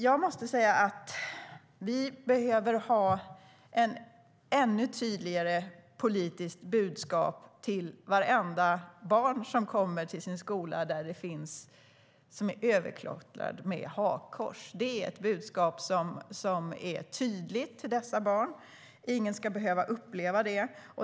Jag måste säga att vi behöver ett ännu tydligare politiskt budskap till vartenda barn som kommer till en skola som är överklottrad med hakkors. Det är ett budskap till dessa barn som är tydligt, och ingen ska behöva uppleva det.